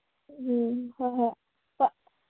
ꯎꯝ ꯍꯣꯏ ꯍꯣꯏ ꯍꯣꯏ